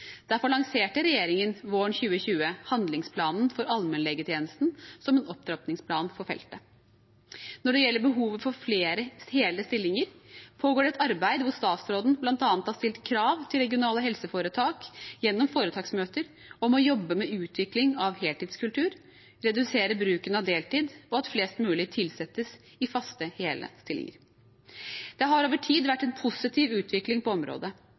Derfor lanserte regjeringen våren 2020 handlingsplanen for allmennlegetjenesten som en opptrappingsplan på feltet. Når det gjelder behovet for flere hele stillinger, pågår det et arbeid hvor statsråden bl.a. har stilt krav til regionale helseforetak gjennom foretaksmøter om å jobbe med utvikling av heltidskultur, redusere bruken av deltid og at flest mulig tilsettes i faste hele stillinger. Det har over tid vært en positiv utvikling på området.